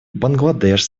бангладеш